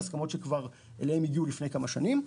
הסכמות אליהן הגיעו כבר לפני כמה שנים.